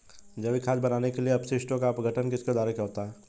जैविक खाद बनाने के लिए अपशिष्टों का अपघटन किसके द्वारा होता है?